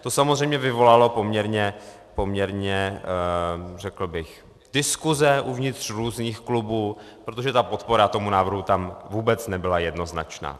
To samozřejmě vyvolalo poměrně řekl bych diskuse uvnitř různých klubů, protože podpora tomu návrhu tam vůbec nebyla jednoznačná.